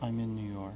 i'm in new york